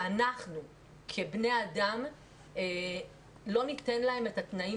שאנחנו כבני אדם לא ניתן להם את התנאים